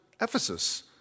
Ephesus